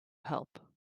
help